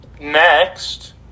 Next